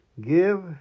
Give